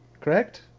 correct